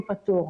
פתור.